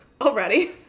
Already